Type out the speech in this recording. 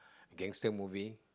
gangster movie